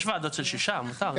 יש ועדות של שישה, מותר.